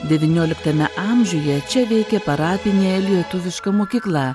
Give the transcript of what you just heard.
devynioliktame amžiuje čia veikė parapinė lietuviška mokykla